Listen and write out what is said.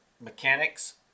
mechanics